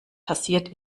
passiert